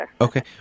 Okay